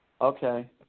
Okay